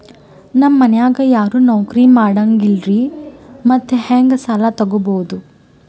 ನಮ್ ಮನ್ಯಾಗ ಯಾರೂ ನೌಕ್ರಿ ಮಾಡಂಗಿಲ್ಲ್ರಿ ಮತ್ತೆಹೆಂಗ ಸಾಲಾ ತೊಗೊಬೌದು?